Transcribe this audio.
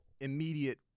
immediate